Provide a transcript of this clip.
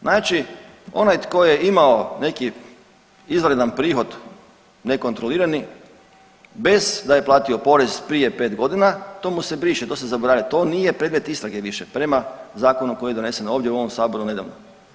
Znači onaj tko je imao neki izvanredan prihod nekontrolirani bez da je platio porez prije pet godina to mu se briše, to se zaboravlja, to nije predmet istrage više prema zakonu koji je donesen ovdje u ovom Saboru nedavno.